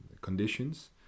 conditions